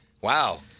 Wow